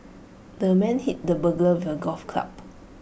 the man hit the burglar with A golf club